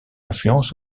influence